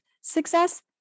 success